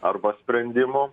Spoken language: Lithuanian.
arba sprendimo